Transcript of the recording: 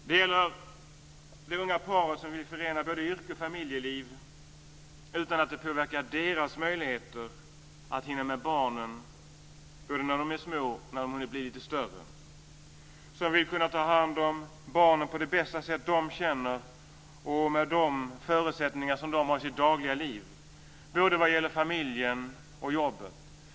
Det gäller det unga paret som vill förena både yrke och familjeliv utan att det påverkar deras möjligheter att hinna med barnen, både när de är små och när de blir lite större, som vill kunna ta hand om barnen på det bästa sätt de känner till och med de förutsättningar de har i sitt dagliga liv både vad gäller familjen och jobbet.